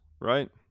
right